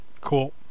Cool